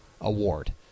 Award